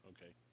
Okay